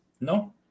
No